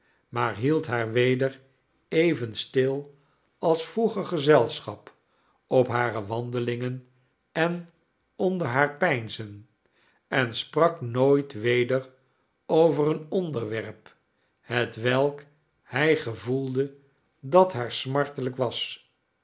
maar hield haar weder even stil als vroeger gezelschap op hare wandelingen en onder haar peinzen en sprak nooit weder over een onderwerp hetwelk hij gevoelde dat haar smartelijk was